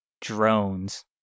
drones